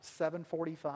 7.45